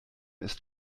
ist